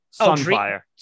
sunfire